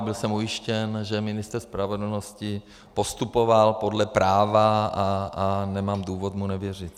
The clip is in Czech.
Byl jsem ujištěn, že ministr spravedlnosti postupoval podle práva, a nemám důvod mu nevěřit.